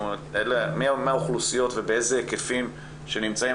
מי האוכלוסיות ובאיזה היקפים שנמצאים,